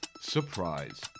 Surprise